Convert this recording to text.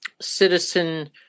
citizen